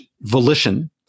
volition